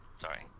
Sorry